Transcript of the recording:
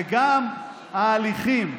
וגם ההליכים,